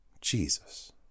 Jesus